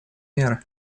мер